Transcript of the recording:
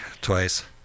twice